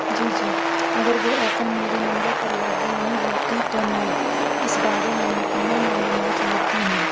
جی جی اگر وہ آفر میری نمبر پر لاگو نہیں ہوتی تو میں اس بارے میں مکمل معلومات لیتی ہوں